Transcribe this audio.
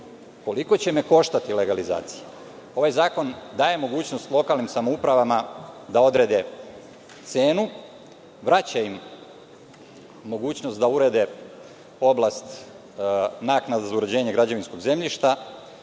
koliko će me koštati legalizacija? Ovaj zakon daje mogućnost lokalnim samoupravama da odrede cenu, vraća im mogućnost da urede oblast naknade za uređenje građevinskog zemljišta